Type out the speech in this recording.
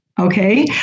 okay